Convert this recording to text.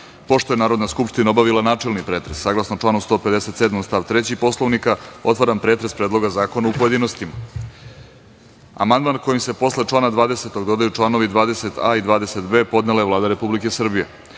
je Narodna skupština obavila načelni pretres, saglasno članu 157. stav 3. Poslovnika, otvaram pretres Predloga zakona u pojedinostima. Amandman kojim se posle člana 20. dodaju članovi 20a. i 20b. podnela je Vlada Republike Srbije. Odbor